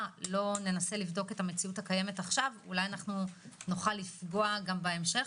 ננסה לבדוק את המציאות הקיימת עכשיו אולי נפגע גם בהמשך.